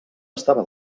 estava